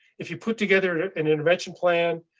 if you put together an intervention plan,